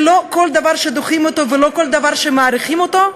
שלא כל דבר שדוחים אותו ולא כל דבר שמאריכים אותו,